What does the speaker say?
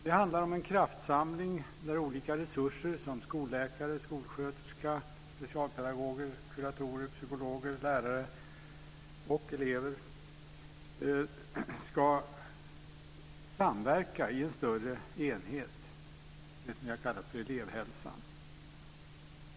Det handlar om en kraftsamling där olika resurser, som skolläkare, skolsköterskor, specialpedagoger, kuratorer, psykologer, lärare och elever, ska samverka i en större enhet. Det är det som jag kallar elevhälsan.